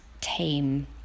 tame